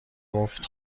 گفت